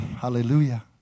hallelujah